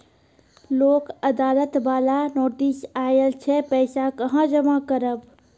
लोक अदालत बाला नोटिस आयल छै पैसा कहां जमा करबऽ?